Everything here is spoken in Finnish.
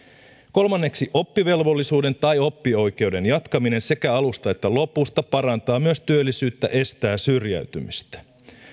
toiseksi oppivelvollisuuden tai oppioikeuden jatkaminen sekä alusta että lopusta parantaa myös työllisyyttä ja estää syrjäytymistä